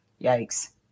yikes